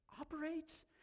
operates